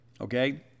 okay